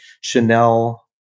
Chanel